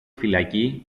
φυλακή